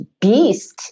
beast